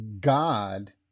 God